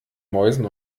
mäusen